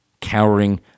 cowering